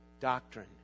doctrine